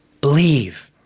believe